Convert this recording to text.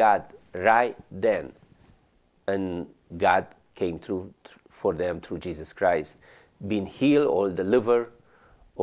god right then and god came through for them to jesus christ been healed all the liver